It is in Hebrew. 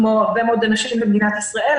כמו הרבה מאוד אנשים במדינת ישראל,